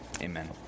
Amen